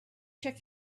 check